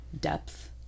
depth